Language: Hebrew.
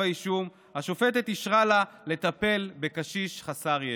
האישום השופטת אישרה לה לטפל בקשיש חסר ישע.